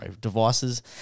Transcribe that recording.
devices